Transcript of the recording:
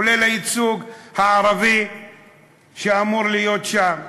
כולל הייצוג הערבי שאמור להיות שם,